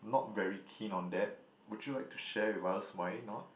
not very keen on that would you like to share with us why not